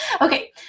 Okay